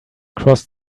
cross